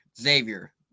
Xavier